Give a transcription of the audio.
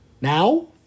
Now